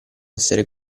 essere